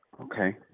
Okay